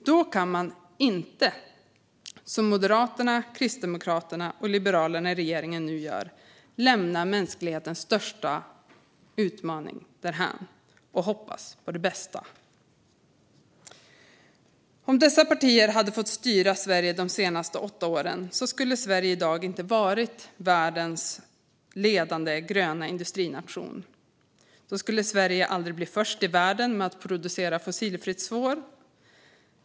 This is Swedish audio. Då kan man inte, som Moderaterna, Kristdemokraterna och Liberalerna i regeringen nu gör, lämna mänsklighetens största utmaning därhän och hoppas på det bästa. Om dessa partier hade fått styra Sverige de senaste åtta åren skulle Sverige i dag inte ha varit världens ledande gröna industrination. Då skulle Sverige aldrig bli först i världen med att producera fossilfritt stål.